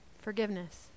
Forgiveness